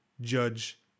Judge